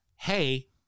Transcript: hey